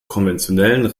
konventionellen